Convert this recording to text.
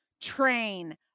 train